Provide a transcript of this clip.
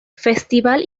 festival